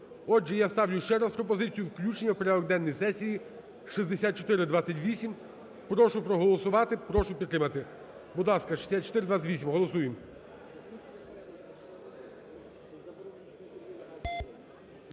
Отже, я ставлю ще раз пропозицію включення в порядок денний сесії 6428. Прошу проголосувати. Прошу підтримати. Будь ласка, 6428 голосуємо.